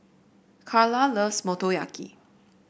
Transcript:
Karla loves Motoyaki